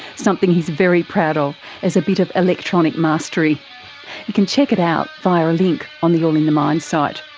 something he's very proud of it as a bit of electronic mastery. you can check it out via a link on the all in the mind site.